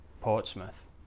Portsmouth